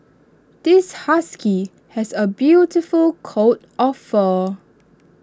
this husky has A beautiful coat of fur